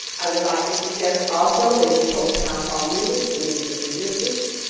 i would like to suggest also that you hold town hall meetings in each of your districts.